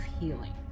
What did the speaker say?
healing